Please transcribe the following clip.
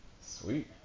sweet